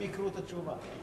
הם יקראו את התשובה.